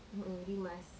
mmhmm rimas